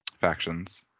factions